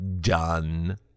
Done